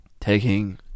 taking